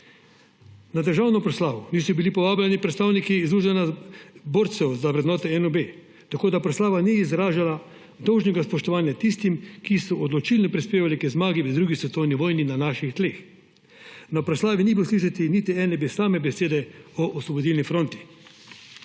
Na državno proslavo niso bili povabljeni predstavniki Zveze združenj borcev za vrednote NOB, tako da proslava ni izražala dolžnega spoštovanja tistim, ki so odločilno prispevali k zmagi v 2. svetovni vojni na naših tleh. Na proslavi ni bilo slišati niti ene same besede o Osvobodilni fronti.